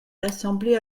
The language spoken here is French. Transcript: l’assemblée